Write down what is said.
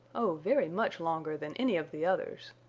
oh, very much longer than any of the others,